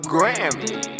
Grammy